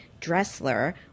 Dressler